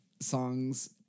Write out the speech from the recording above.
songs